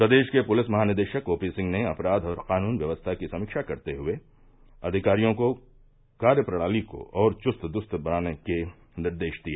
प्रदेश के पुलिस महानिदेशक ओपी सिंह अपराध और कानून व्यवस्था की समीक्षा करते हुए अधिकारियों को कार्यप्रणाली को और चुस्त दूरस्त बनाने के निर्देश दिए